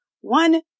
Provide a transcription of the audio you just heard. one